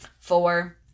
four